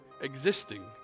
existing